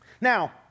Now